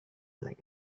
like